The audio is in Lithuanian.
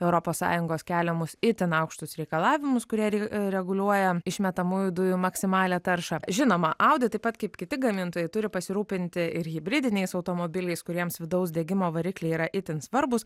europos sąjungos keliamus itin aukštus reikalavimus kurie re reguliuoja išmetamųjų dujų maksimalią taršą žinoma audi taip pat kaip kiti gamintojai turi pasirūpinti ir hibridiniais automobiliais kuriems vidaus degimo varikliai yra itin svarbūs